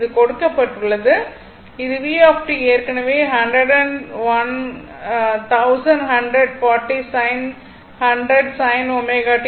இது கொடுக்கப்பட்டுள்ளது இது v t ஏற்கனவே 1100 40 sin 100 sin 40 t